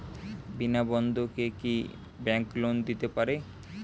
বিনা বন্ধকে কি bank loan দিতে পারে?